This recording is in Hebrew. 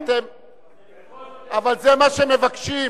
אבל זה מה שמבקשים,